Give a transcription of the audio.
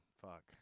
fuck